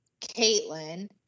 Caitlin